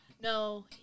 No